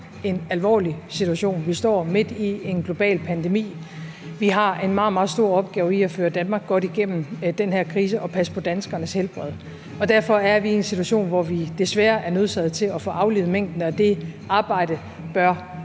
en alvorlig situation, vi står midt i en global pandemi. Vi har en meget, meget stor opgave i at føre Danmark godt igennem den her krise og passe på danskernes helbred, og derfor er vi i en situation, hvor vi desværre er nødsaget til at få aflivet minkene. Det arbejde bør